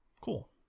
Cool